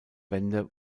wende